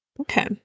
Okay